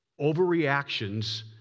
Overreactions